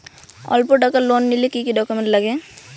অল্প টাকার লোন নিলে কি কি ডকুমেন্ট লাগে?